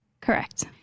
Correct